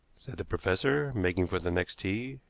said the professor, making for the next tee.